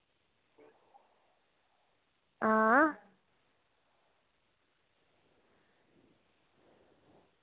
आं